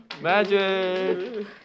Magic